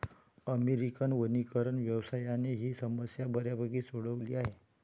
American वनीकरण व्यवसायाने ही समस्या बऱ्यापैकी सोडवली आहे